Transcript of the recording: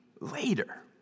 later